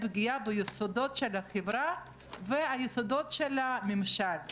בלי הבדל בין דת,